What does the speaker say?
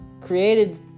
created